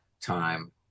time